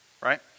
Right